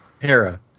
Hera